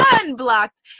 Unblocked